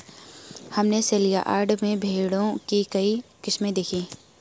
हमने सेलयार्ड में भेड़ों की कई किस्में देखीं